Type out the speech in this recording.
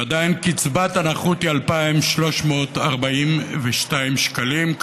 ועדיין קצבת הנכות היא 2,342 שקלים.